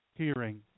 hearing